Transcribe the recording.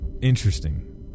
interesting